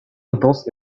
intense